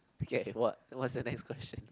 okay what what's the next question